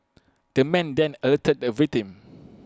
the man then alerted the victim